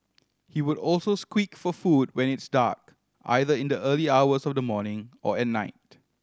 he would also squeak for food when it's dark either in the early hours of the morning or at night